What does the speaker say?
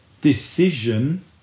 decision